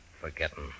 forgetting